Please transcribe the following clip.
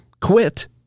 quit